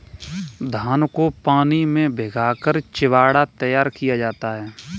धान को पानी में भिगाकर चिवड़ा तैयार किया जाता है